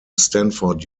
stanford